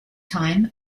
time